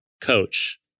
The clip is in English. coach